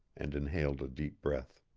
and inhaled a deep breath.